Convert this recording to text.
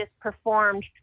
performed